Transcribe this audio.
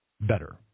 better